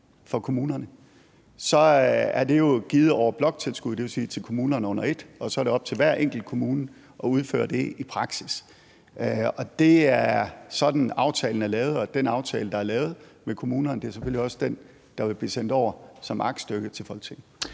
for kommunerne. Det er jo givet over bloktilskuddet, dvs. til kommunerne under et, og så er det op til hver enkelt kommune at udføre det i praksis. Det er sådan, aftalen er lavet, og den aftale, der er lavet med kommunerne, er selvfølgelig også den, der vil blive sendt over som aktstykke til Folketinget.